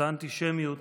אותה אנטישמיות